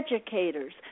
educators